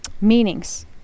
meanings